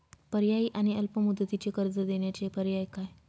पर्यायी आणि अल्प मुदतीचे कर्ज देण्याचे पर्याय काय?